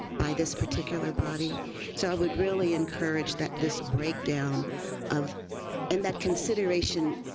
by this particular body so i would really encourage that this break down of and that consideration